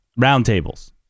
roundtables